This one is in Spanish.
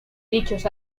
dichos